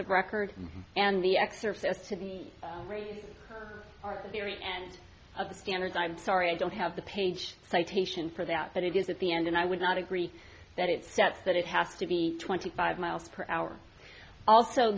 of record and the exorcists of the very very end of the standard i'm sorry i don't have the page citation for that but it is at the end and i would not agree that it sets that it has to be twenty five miles per hour also